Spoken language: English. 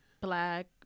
black